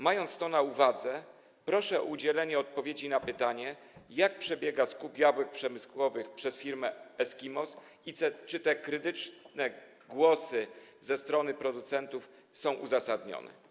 Mając to na uwadze, proszę o udzielenie odpowiedzi na pytanie: Jak przebiega skup jabłek przemysłowych przez firmę Eskimos i czy te krytyczne głosy ze strony producentów są uzasadnione?